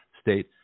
state